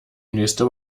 nächste